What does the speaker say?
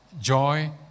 joy